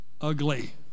ugly